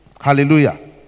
Hallelujah